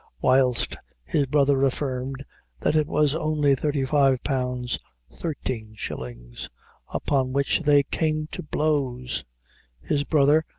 whilst his brother affirmed that it was only thirty-five pounds thirteen shillings upon which they came to blows his brother,